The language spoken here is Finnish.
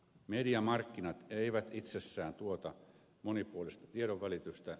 mediamarkkinat eivät itsessään tuota monipuolista tiedonvälitystä